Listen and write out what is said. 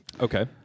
Okay